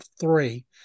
three